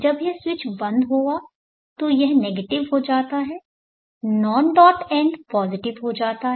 जब यह स्विच बंद हो जाता है तो यह नेगेटिव हो जाता है नॉन डॉट एन्ड पॉजिटिव हो जाता है